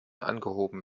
angehoben